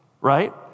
right